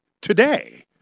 Today